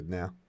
now